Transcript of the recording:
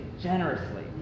generously